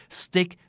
stick